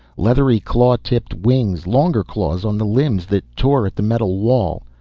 leathery, claw-tipped wings, longer claws on the limbs that tore at the metal wall.